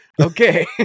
Okay